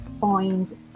find